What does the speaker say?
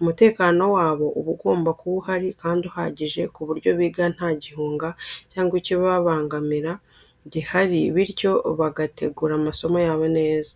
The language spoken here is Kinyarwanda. Umutekano wabo ugomba kuba uhari kandi uhagije ku buryo biga nta gihunga cyangwa ikibabangamira gihari bityo bagategura amasomo yabo neza.